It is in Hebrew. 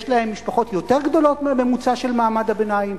יש להם משפחות יותר גדולות מהממוצע של מעמד הביניים,